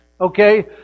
Okay